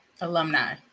Alumni